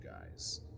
guys